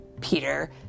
Peter